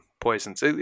poisons